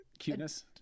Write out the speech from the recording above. Cuteness